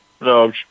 no